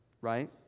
right